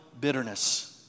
Bitterness